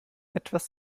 etwas